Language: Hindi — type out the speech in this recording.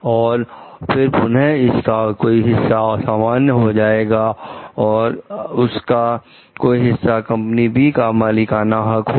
और फिर पुनः उसका कोई हिस्सा सामान्य हो जाएगा और उसका कोई हिस्सा कंपनी बी का मालिकाना हक होगा